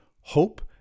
hope